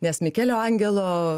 nes mikelio angelo